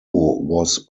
was